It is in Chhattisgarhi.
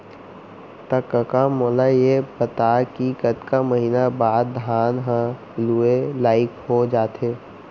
त कका मोला ये बता कि कतका महिना बाद धान ह लुए लाइक हो जाथे?